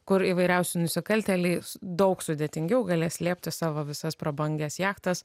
kur įvairiausi nusikaltėliai daug sudėtingiau galės slėpti savo visas prabangias jachtas